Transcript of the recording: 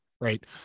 right